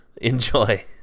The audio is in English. Enjoy